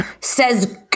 says